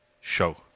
show